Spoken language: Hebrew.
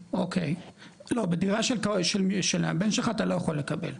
אוקי, לא, בדירה של הבן שלך, אתה לא יכול לקבל.